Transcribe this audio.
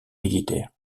militaire